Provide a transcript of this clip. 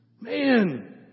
Man